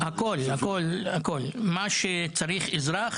והיום המצב השתנה.